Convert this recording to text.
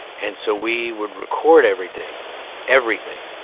and so we would record everything everything.